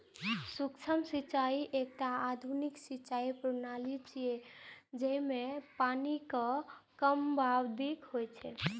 सूक्ष्म सिंचाइ एकटा आधुनिक सिंचाइ प्रणाली छियै, जइमे पानिक कम बर्बादी होइ छै